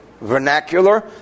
vernacular